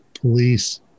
police